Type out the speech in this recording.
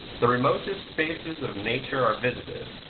the remotest spaces of nature are visited,